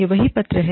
यह वही पत्र है